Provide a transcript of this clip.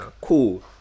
Cool